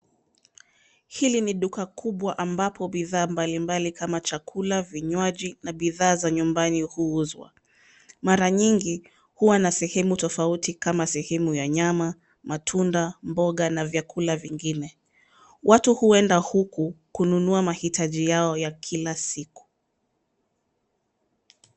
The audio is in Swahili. Hili ni duka kubwa ambapo bidhaa mbalimbali kama chakula, vinywaji, na bidhaa za nyumbani huuzwa. Mara nyingi, huwa na sehemu tofauti, kama sehemu ya nyama, matunda, mboga, na vyakula vingine. Watu huenda huku kununua mahitaji yao ya kila siku.